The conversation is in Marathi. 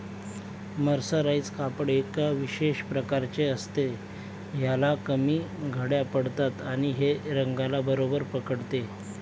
मर्सराइज कापड एका विशेष प्रकारचे असते, ह्याला कमी घड्या पडतात आणि हे रंगाला बरोबर पकडते